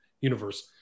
universe